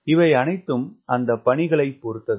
இவையனைத்தும் அந்த பணிகளை பொருத்தது